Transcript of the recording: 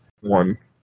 one